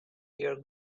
your